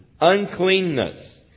uncleanness